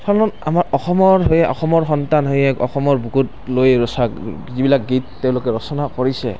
কাৰণ আমাৰ অসমৰ হৈ অসমৰ সন্তান হৈ অসমৰ বুকুত লৈ ৰচা যিবিলাক গীত তেওঁলোকে ৰচনা কৰিছে